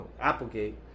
Applegate